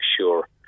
sure